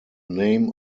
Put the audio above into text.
name